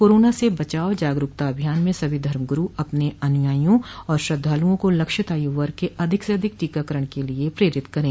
corona से बचाव जागरूकता अभियान में सभी धर्मगुरू अपने अनुयायियों और श्रद्धालुओं को लक्षित आयु वर्ग के अधिक से अधिक टीकाकरण के लिये प्रेरित करें